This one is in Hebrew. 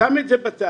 שם את זה בצד.